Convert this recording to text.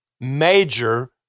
major